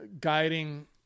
guiding